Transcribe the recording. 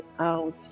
out